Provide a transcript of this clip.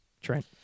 Trent